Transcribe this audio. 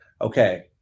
Okay